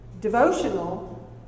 devotional